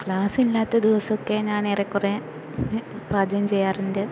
ക്ലാസ്സില്ലാത്ത ദിവസമൊക്കെ ഞാൻ ഏറെക്കുറേ പാചകം ചെയ്യാറുണ്ട്